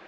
orh